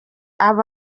abo